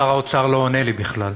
שר האוצר לא עונה לי בכלל.